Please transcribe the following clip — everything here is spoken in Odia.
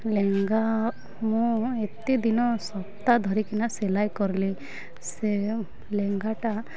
ଲେହେଙ୍ଗା ମୁଁ ଏତେ ଦିନ ସପ୍ତାହ ଧରିକିନା ସିଲେଇ କରଲି ସେ ଲେହେଙ୍ଗାଟା